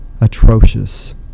atrocious